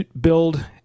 build